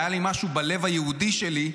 והיה לי משהו בלב היהודי שלי,